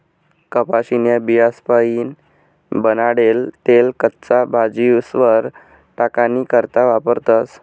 कपाशीन्या बियास्पाईन बनाडेल तेल कच्च्या भाजीस्वर टाकानी करता वापरतस